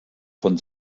von